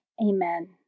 Amen